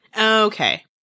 Okay